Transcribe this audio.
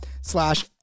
slash